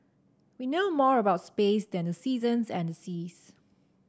we know more about space than the seasons and the seas